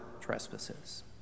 trespasses